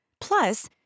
Plus